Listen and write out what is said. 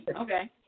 Okay